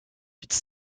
its